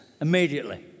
immediately